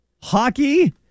hockey